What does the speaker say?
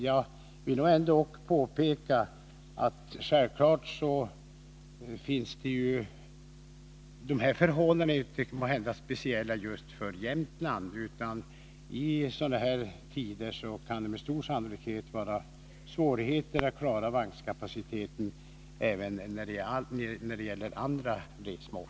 Jag vill bara påpeka att dessa förhållanden inte är speciella just för Jämtland, utan i dessa situationer kan det med stor sannolikhet finnas svårigheter att klara vagnkapaciteten även när det gäller andra resmål.